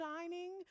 shining